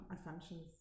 assumptions